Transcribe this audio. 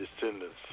descendants